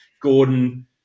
Gordon